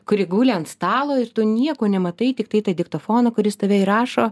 kuri guli ant stalo ir tu nieko nematai tiktai tą diktofoną kuris tave įrašo